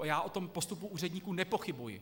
A já o postupu úředníků nepochybuji.